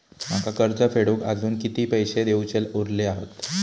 माका कर्ज फेडूक आजुन किती पैशे देऊचे उरले हत?